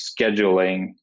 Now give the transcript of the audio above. scheduling